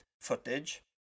footage